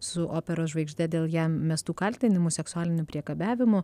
su operos žvaigžde dėl jam mestų kaltinimų seksualiniu priekabiavimu